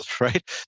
Right